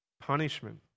punishment